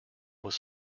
was